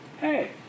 hey